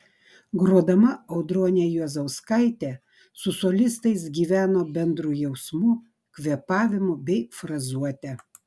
grodama audronė juozauskaitė su solistais gyveno bendru jausmu kvėpavimu bei frazuote